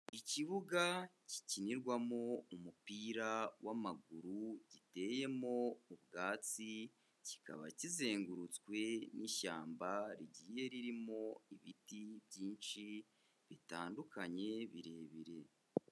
Ikibuga gikinirwamo umupira w'amaguru giteyemo ubwatsi, kikaba kizengurutswe n'ishyamba rigiye ririmo ibiti byinshi bitandukanye birebire.